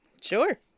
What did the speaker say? Sure